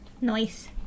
Nice